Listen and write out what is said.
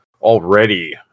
already